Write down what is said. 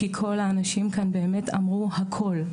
כי כל האנשים כאן באמת אמרו הכל.